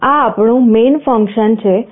આ આપણું Main function છે